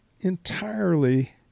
entirely